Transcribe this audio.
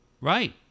right